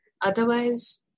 Otherwise